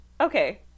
Okay